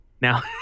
Now